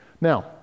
Now